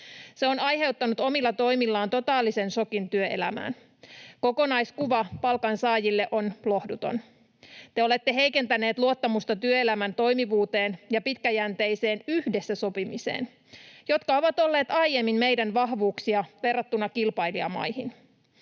Se on aiheuttanut omilla toimillaan totaalisen šokin työelämään. Kokonaiskuva palkansaajille on lohduton. Te olette heikentäneet luottamusta työelämän toimivuuteen ja pitkäjänteiseen yhdessä sopimiseen, jotka ovat olleet aiemmin meidän vahvuuksia verrattuna kilpailijamaihin.